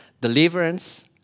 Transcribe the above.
deliverance